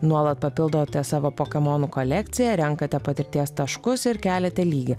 nuolat papildote savo pokemonų kolekciją renkate patirties taškus ir keliate lygį